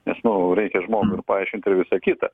nes nu reikia žmogui ir paaiškint ir visa kita